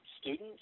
students